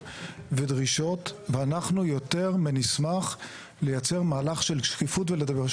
ודרישות ואנחנו יותר מנשמח לייצר מהלך של שפיפות ולדבר,